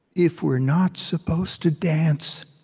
if we're not supposed to dance,